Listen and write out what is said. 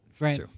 Right